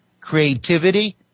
Creativity